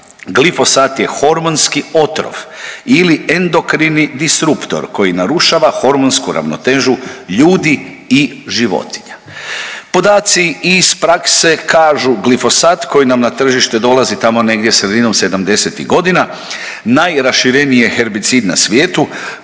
glifosat je hormonski otrov ili endokrini disruptor koji narušava hormonsku ravnotežu ljudi i životinja. Podaci iz prakse kažu, glifosat koji nam na tržište dolazi tamo negdje sredinom 70-ih godina najrašireniji je herbicid na svijetu